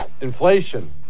Inflation